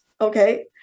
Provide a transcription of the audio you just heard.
okay